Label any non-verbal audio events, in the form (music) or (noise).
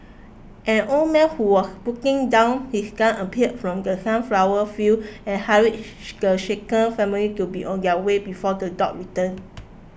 an old man who was putting down his gun appeared from the sunflower fields and hurried (noise) the shaken family to be on their way before the dogs return